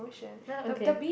uh okay